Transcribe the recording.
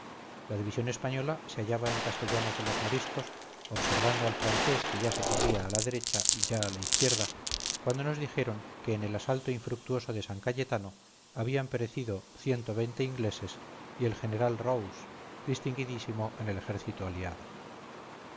la división española se hallaba en castellanos de los moriscos observando al francés que ya se corría a la derecha ya a la izquierda cuando nos dijeron que en el asalto infructuoso de san cayetano habían perecido ingleses y el general rowes distinguidísimo en el ejército aliado